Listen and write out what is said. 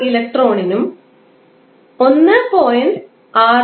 ഓരോ ഇലക്ട്രോണിനും 1